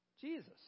Jesus